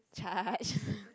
charge